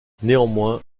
néanmoins